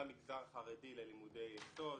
במגזר החרדי ללימודי יסוד,